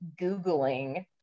Googling